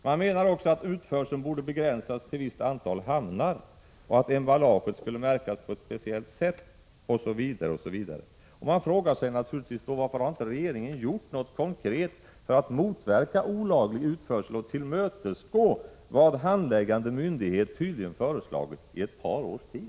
Man menar också att utförseln borde begränsas till ett visst antal hamnar och att emballaget skulle märkas på ett speciellt sätt OSV. Man frågar sig varför regeringen inte har gjort något konkret för att motverka olaglig utförsel och tillmötesgå vad handläggande myndighet tydligen föreslagit i ett par års tid.